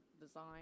design